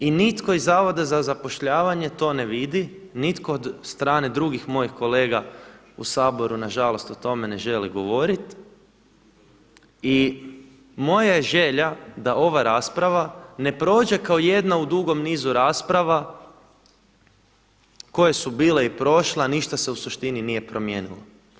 I nitko iz Zavoda za zapošljavanje to ne vidi, nitko od strane drugih mojih kolega u Saboru nažalost o tome ne želi govoriti i moja je želja da ova rasprava ne prođe kao jedna u dugom nizu rasprava koje su bile i prošle, a ništa se u suštini nije promijenilo.